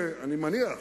אני מניח,